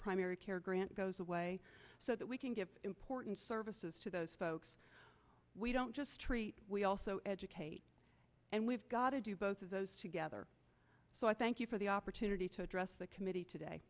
primary care grant goes away so that we can give important services to those folks we don't just treat we also educate and we've got to do both of those together so i thank you for the opportunity to address the committee today